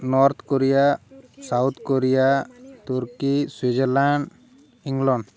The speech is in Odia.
ନର୍ଥ କୋରିଆ ସାଉଥ୍ କୋରିଆ ତୁର୍କୀ ସୁଇଜରଲଣ୍ଡ ଇଂଲଣ୍ଡ